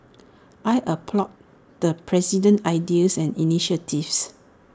I applaud the president's ideas and initiatives